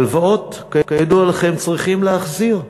הלוואות, כידוע לכם, צריכים להחזיר,